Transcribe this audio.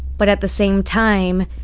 but at the same time,